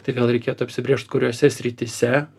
tai vėl reikėtų apsibrėžt kuriose srityse